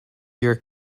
your